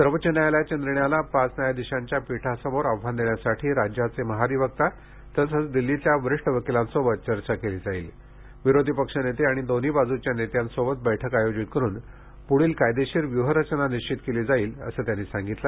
सर्वोच्च न्यायालयाच्या निर्णयाला पाच न्यायाधिशांच्या पीठासमोर आव्हान देण्यासाठी राज्याचे महाधिवक्ता तसंच दिल्लीतल्या वरिष्ठ वकिलांशी चर्चा केली जाईल विरोधी पक्षनेते आणि दोन्ही बाजूच्या नेत्यांशी बैठक आयोजित करुन पुढची कायदेशीर व्यूहरचना निश्चित केली जाईल असं त्यांनी सांगितलं